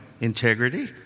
integrity